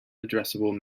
addressable